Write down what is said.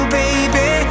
baby